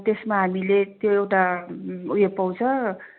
त्यसमा हामीले त्यो एउटा उयो पाउँछ